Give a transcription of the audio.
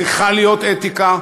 צריכה להיות אתיקה,